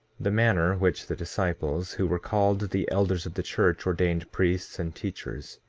the manner which the disciples, who were called the elders of the church, ordained priests and teachers